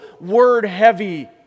word-heavy